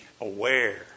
aware